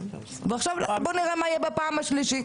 ועכשיו בוא נראה מה יהיה בפעם השלישית.